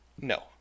No